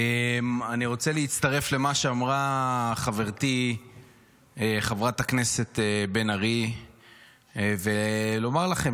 אני רוצה להצטרף למה שאמרה חברתי חברת הכנסת בן ארי ולומר לכם